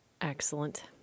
Excellent